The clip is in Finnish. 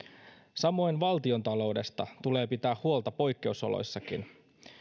samoin valtiontaloudesta tulee pitää huolta poikkeusoloissakin